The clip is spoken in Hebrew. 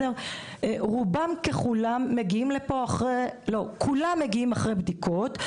כולם מגיעים אחרי בדיקות,